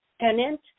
tenant